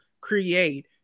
create